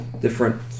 different